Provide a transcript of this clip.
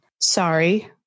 sorry